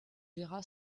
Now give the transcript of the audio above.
verra